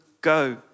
go